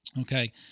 Okay